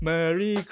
Merry